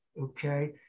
okay